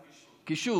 ועדת קישוט.